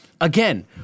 Again